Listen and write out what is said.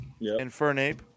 Infernape